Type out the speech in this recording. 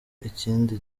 ikindi